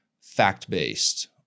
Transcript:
fact-based